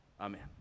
Amen